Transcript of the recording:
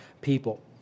people